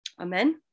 Amen